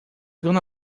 gonna